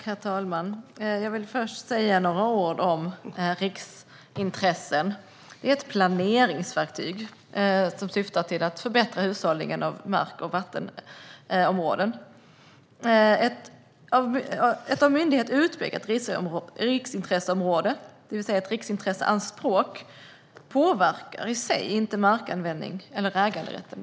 Herr talman! Låt mig först säga några ord om riksintressen. Det är ett planeringsverktyg som syftar till att förbättra hushållningen med mark och vattenområden. Ett av myndighet utpekat riksintresseområde, det vill säga ett riksintresseanspråk, påverkar i sig inte markanvändning eller äganderätten.